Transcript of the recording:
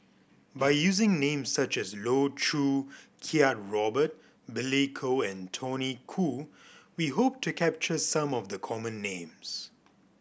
by using names such as Loh Choo Kiat Robert Billy Koh and Tony Khoo we hope to capture some of the common names